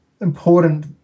important